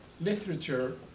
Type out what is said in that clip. literature